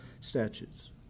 statutes